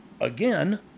again